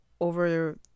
over